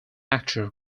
actor